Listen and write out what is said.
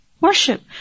Worship